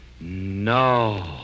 No